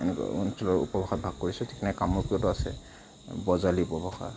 এনেকুৱা কিমান উপভাষাত ভাগ কৰিছে ঠিক নাই কামৰূপটো আছে বজালী উপভাষা